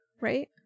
right